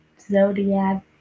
zodiac